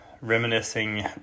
Reminiscing